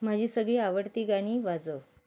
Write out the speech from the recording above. माझी सगळी आवडती गाणी वाजव